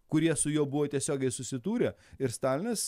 kurie su juo buvo tiesiogiai susidūrę ir stalinas